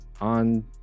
on